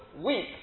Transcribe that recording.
weak